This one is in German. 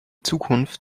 zukunft